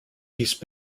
piece